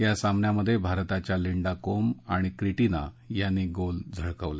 या सामन्यात भारताच्या लिंडा कोम आणि क्रिटिना यांनी गोल झळकावले